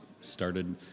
started